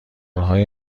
های